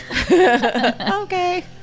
Okay